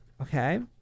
Okay